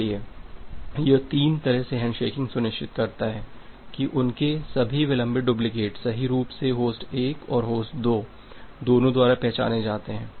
इसलिए यह तीन तरह से हैंडशेकिंग सुनिश्चित करता है कि उनके सभी विलंबित डुप्लिकेट सही रूप से होस्ट 1 और होस्ट 2 दोनों द्वारा पहचाने जाते हैं